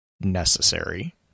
necessary